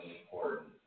important